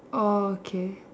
orh okay